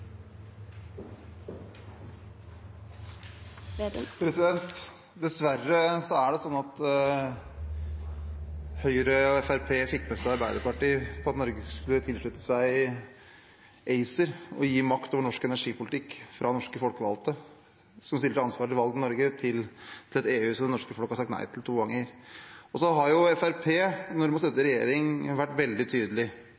Dessverre er det sånn at Høyre og Fremskrittspartiet fikk med seg Arbeiderpartiet på at Norge skulle tilslutte seg ACER og gi makt over norsk energipolitikk fra norske folkevalgte, som stilte til valg i Norge, til et EU som det norske folk har sagt nei til to ganger. Så har Fremskrittspartiet når